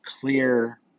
clear